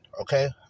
okay